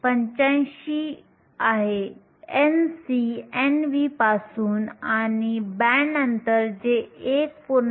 85 आहे Nc Nv पासून आणि बँड अंतर जे 1